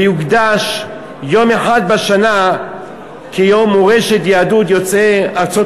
ויוקדש יום אחד בשנה כיום מורשת יהדות יוצאי ארצות